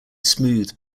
smooth